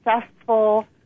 successful